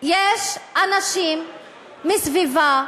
יש אנשים מסביבה,